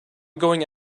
going